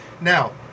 Now